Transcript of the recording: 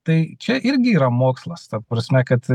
tai čia irgi yra mokslas ta prasme kad